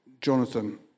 jonathan